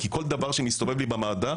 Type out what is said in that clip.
כי כל דבר שמסתובב לי במעבדה